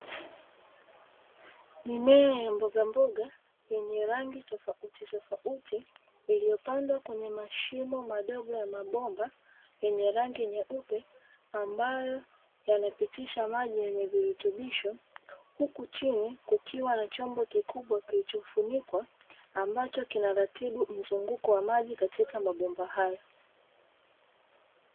Mimea ya mbogamboga yenye rangi tofautitofauti, iliyopandwa kwenye mashimo madogo ya mabomba yenye rangi nyeupe, ambayo yanapitisha maji yenye virutubisho, huku chini kukiwa na chombo kikubwa kilichofunikwa ambacho kinaratibu mzunguko wa maji katika mabomba hayo.